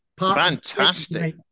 Fantastic